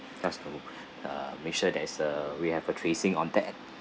just to uh make sure there is a we have a tracing on that